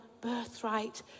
birthright